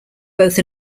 both